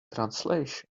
translation